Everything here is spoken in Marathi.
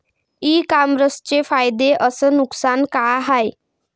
इ कामर्सचे फायदे अस नुकसान का हाये